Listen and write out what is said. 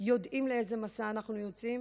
יודעים לאיזה מסע אנחנו יוצאים